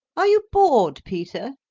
are you bored, peter?